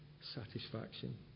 satisfaction